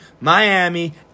Miami